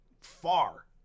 far